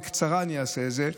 ובקצרה אני אעשה את זה.